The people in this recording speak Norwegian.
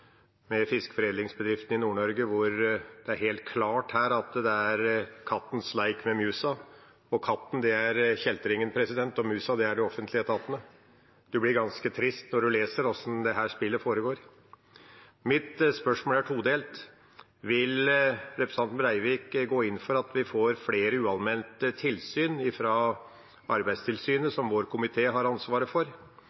med musa, der katten er kjeltringen og musa de offentlige etatene. Man blir ganske trist når man leser hvordan dette spillet foregår. Mitt spørsmål er todelt: Vil representanten Breivik gå inn for at vi får flere uanmeldte tilsyn fra Arbeidstilsynet,